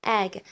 egg